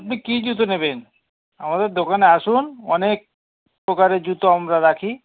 আপনি কী জুতো নেবেন আমাদের দোকানে আসুন অনেক প্রকারের জুতো আমরা রাখি